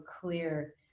clear